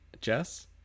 Jess